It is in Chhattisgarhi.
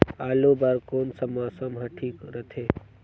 आलू बार कौन सा मौसम ह ठीक रथे?